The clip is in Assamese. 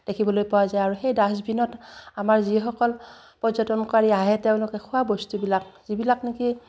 দেখিবলৈ পোৱা যায় আৰু সেই ডাষ্টবিনত আমাৰ যিসকল পৰ্যটনকাৰী আহে তেওঁলোকে খোৱা বস্তুবিলাক যিবিলাক নেকি